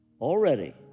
already